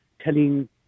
telling